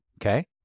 Okay